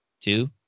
Two